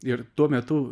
ir tuo metu